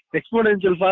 Exponential